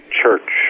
church